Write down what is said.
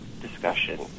discussion